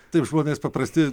taip žmonės paprasti